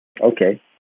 Okay